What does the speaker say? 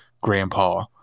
grandpa